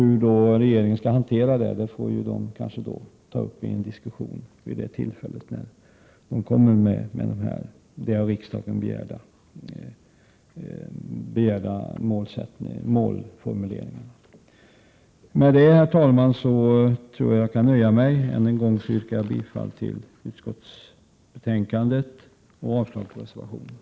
Hur regeringen skall hantera det får den kanske ta upp i en diskussion vid det tillfälle då den kommer med den av riksdagen begärda målformuleringen. Herr talman! Jag tror att jag kan nöja mig med detta. Jag yrkar än en gång bifall till utskottets hemställan och därmed avslag på reservationerna.